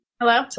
Hello